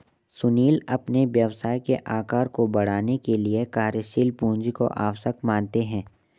सुनील अपने व्यवसाय के आकार को बढ़ाने के लिए कार्यशील पूंजी को आवश्यक मानते हैं